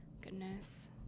goodness